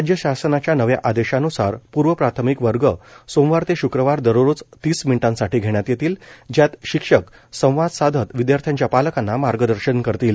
राज्य शासनाच्या नव्या आदेशान्सार पूर्व प्राथमिक वर्ग सोमवार ते शुक्रवार दररोज तीस मिनिटांसाठी घेण्यात येतील ज्यात शिक्षक संवाद साधत विद्यार्थ्याच्या पालकांना मार्गदर्शन करतील